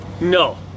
No